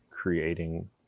creating